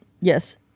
Yes